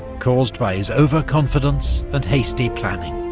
caused by his overconfidence and hasty planning.